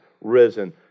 risen